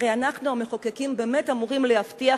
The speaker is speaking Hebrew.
הרי אנחנו המחוקקים באמת אמורים להבטיח